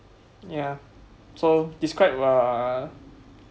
ya so describe a